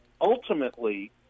ultimately